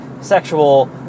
sexual